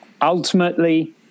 Ultimately